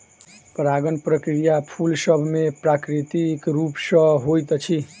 परागण प्रक्रिया फूल सभ मे प्राकृतिक रूप सॅ होइत अछि